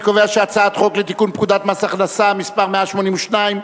אני קובע שהצעת חוק לתיקון פקודת מס הכנסה (מס' 182),